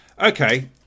Okay